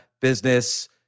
business